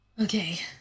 Okay